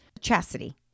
Chastity